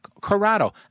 Corrado